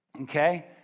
okay